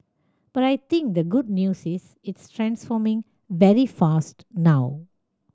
but I think the good news is it's transforming very fast now